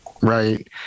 right